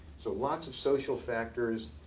so lots of social factors,